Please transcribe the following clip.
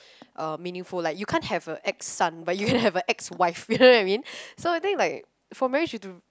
uh meaningful like you can't have a ex son but you can have a ex wife you know what I mean so I think like for marriage you've to